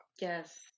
Yes